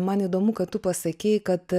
man įdomu kad tu pasakei kad